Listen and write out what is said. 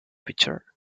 pitcher